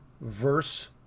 verse